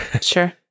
Sure